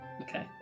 Okay